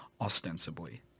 ostensibly